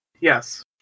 yes